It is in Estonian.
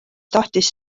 tahtis